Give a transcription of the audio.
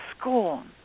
scorn